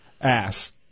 ass